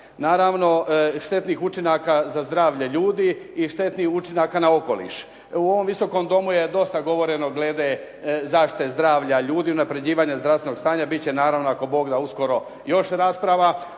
Naravno štetnih učinaka za zdravlje ljudi i štetnih učinaka na okoliš. U ovom Visokom domu je dosta govoreno glede zaštite zdravlja ljudi, unapređivanja zdravstvenog stanja. Bit će naravno ako Bog da uskoro još rasprava